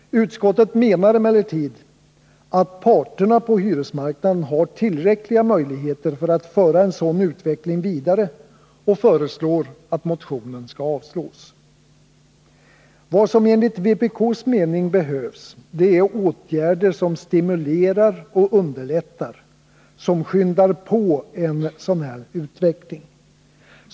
Utskottet menar emellertid att parterna på hyresmarknaden har tillräckliga möjligheter att föra en sådan utveckling vidare och föreslår att motionen skall avslås. Vad som enligt vpk:s mening behövs är åtgärder som stimulerar och underlättar, som skyndar på en sådan utveckling.